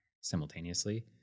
simultaneously